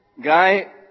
Guy